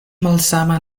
malsama